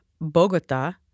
Bogota